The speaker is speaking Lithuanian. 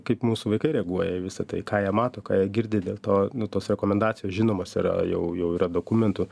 kaip mūsų vaikai reaguoja į visa tai ką jie mato ką jie girdi dėl to nu tos rekomendacijos žinomos yra jau jau yra dokumentų